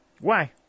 Why